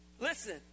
Listen